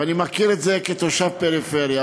אני מכיר את זה כתושב הפריפריה.